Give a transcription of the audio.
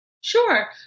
Sure